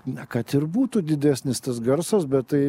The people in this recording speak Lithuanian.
na kad ir būtų didesnis tas garsas bet tai